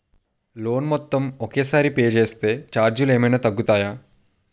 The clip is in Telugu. లోన్ మొత్తం ఒకే సారి పే చేస్తే ఛార్జీలు ఏమైనా తగ్గుతాయా?